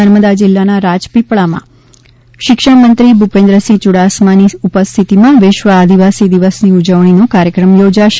નર્મદા જિલ્લાના રાજપીપળામાં શિક્ષણમંત્રી ભૂપેન્દ્રસિંહ યુડાસમાની ઉપસ્થિતિમાં વિશ્વ આદિવાસી દિવસની ઉજવણીનો કાર્યક્રમ યોજાશે